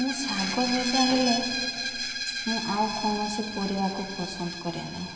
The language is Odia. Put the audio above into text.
ମୁଁ ଶାଗ ଭଜା ହେଲେ ମୁଁ ଆଉ କୌଣସି ପରିବା କୁ ପସନ୍ଦ କରେ ନାହିଁ